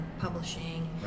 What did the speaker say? publishing